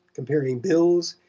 comparing bills,